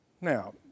Now